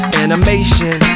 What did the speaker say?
animation